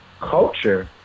culture